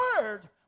word